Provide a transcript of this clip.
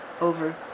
over